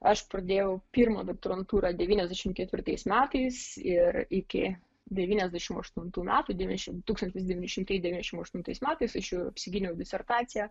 aš pradėjau pirmą doktorantūrą devyniasdešimt ketvirtais metais ir iki devyniasdešimt aštuntų metų devyniasdešimt tūkstantis devyni šimtai devyniasdešimt aštuntais metais iš jų apsigyniau disertaciją